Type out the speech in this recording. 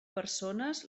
persones